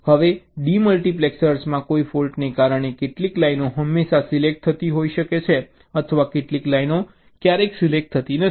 હવે ડિમલ્ટિપ્લેક્સરમાં કોઈ ફૉલ્ટને કારણે કેટલીક લાઈનો હંમેશા સિલેક્ટ થતી હોઈ શકે છે અથવા કેટલીક લાઈનો ક્યારેય સિલેક્ટ થતી નથી